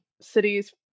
cities